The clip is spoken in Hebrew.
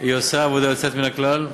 היא עושה עבודה יוצאת מן הכלל,